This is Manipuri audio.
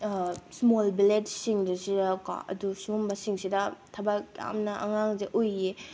ꯏꯁꯃꯣꯜ ꯚꯤꯂꯦꯖꯁꯤꯡꯁꯤꯗꯀꯣ ꯑꯗꯨ ꯁꯨꯝꯕꯁꯤꯡꯁꯤꯗ ꯊꯕꯛ ꯌꯥꯝꯅ ꯑꯉꯥꯡꯁꯦ ꯎꯏꯌꯦ